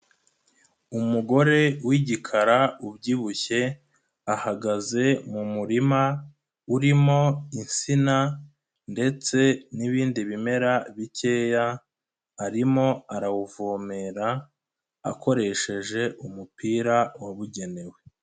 Umugore w'igikara ubyibushye ahagaze mu murima urimo insina ndetse n'ibindi bimera bikeya arimo arawuvomera akoresheje umupira wabugenewe.